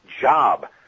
job